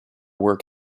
work